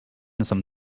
some